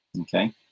Okay